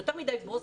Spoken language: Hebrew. יותר מדי בוסים,